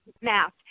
math